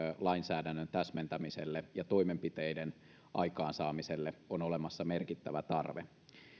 lainsäädännön täsmentämiselle ja toimenpiteiden aikaansaamiselle on olemassa merkittävä tarve